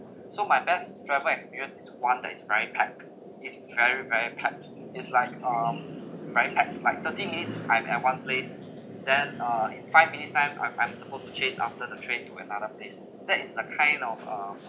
so my best travel experience is one that is very pack is very very pack is like um very pack like thirty minutes I'm at one place then uh in five minutes time I'm I'm supposed to chase after the train to another place that is the kind of a